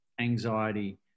anxiety